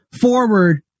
forward